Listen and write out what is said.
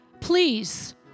please